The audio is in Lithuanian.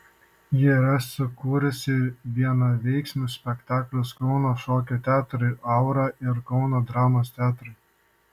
ji yra sukūrusi vienaveiksmius spektaklius kauno šokio teatrui aura ir kauno dramos teatrui